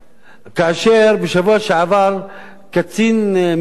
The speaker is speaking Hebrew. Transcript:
כאשר בשבוע שעבר קצין משוחרר